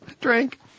Drink